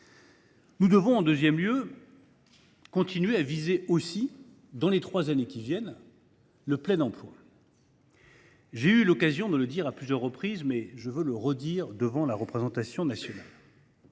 Nous devons ensuite continuer à viser aussi, dans les trois prochaines années, le plein emploi. J’ai eu l’occasion de le dire à plusieurs reprises, mais je le répète devant la représentation nationale